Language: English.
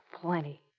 Plenty